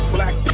Black